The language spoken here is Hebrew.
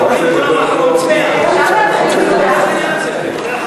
אתה רוצה לדבר פה בתור קואליציה?